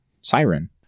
siren